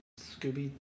Scooby